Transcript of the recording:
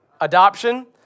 adoption